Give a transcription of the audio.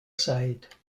side